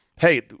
hey